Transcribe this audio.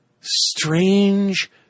strange